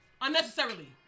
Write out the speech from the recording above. Unnecessarily